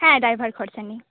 হ্যাঁ ড্রাইভার খরচ নিয়ে